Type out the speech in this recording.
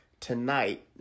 tonight